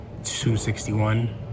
261